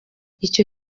icyo